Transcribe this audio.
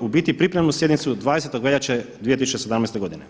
u biti pripremnu sjednicu od 20. veljače 2017. godine.